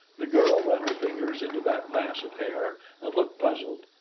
the girl ran her fingers into that mass of hair and looked puzzled.